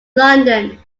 london